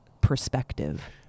perspective